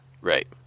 Right